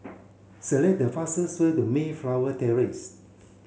select the fastest way to Mayflower Terrace